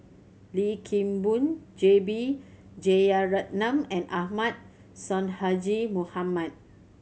Lim Kim Boon J B Jeyaretnam and Ahmad Sonhadji Mohamad